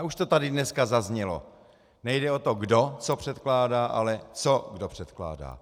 Už to tady dneska zaznělo nejde o to, kdo co předkládá, ale co kdo předkládá.